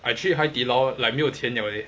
I treat 海底捞 like 没有钱 liao leh